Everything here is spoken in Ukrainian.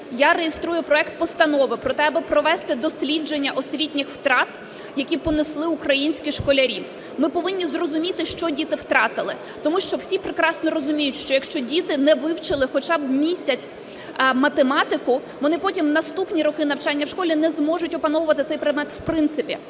я реєструю проект постанови про те, аби провести дослідження освітніх втрат, які понесли українські школярі. Ми повинні зрозуміти, що діти втратили. Тому що всі прекрасно розуміють, що якщо діти не вивчили хоча б місяць математику, вони потім наступні роки навчання в школі не зможуть опановувати цей предмет в принципі.